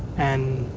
and